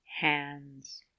hands—